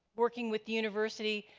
working with the university.